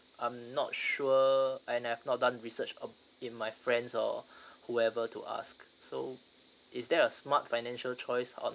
I'm not sure and I have not done research um in my friends or whoever to ask so is there a smart financial choice on